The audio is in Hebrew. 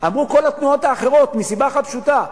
אמרו כל התנועות האחרות, מסיבה אחת פשוטה.